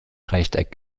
rechteck